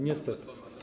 Niestety.